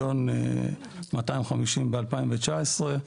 1,250,000 ב-2019.